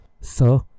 Sir